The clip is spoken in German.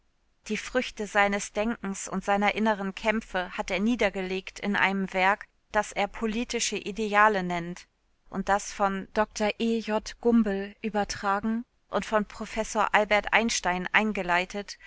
die früchte seines denkens und seiner inneren kämpfe hat er niedergelegt in einem werk das er politische ideale nennt und das von dr e j gumbel übertragen und von professor albert einstein eingeleitet